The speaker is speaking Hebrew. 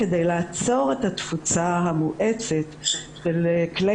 כדי לעצור את התפוצה המואצת של כלי